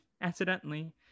accidentally